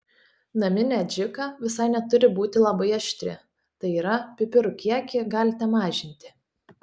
naminė adžika visai neturi būti labai aštri tai yra pipirų kiekį galite mažinti